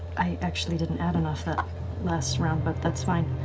i actually didn't add enough that last round, but that's fine.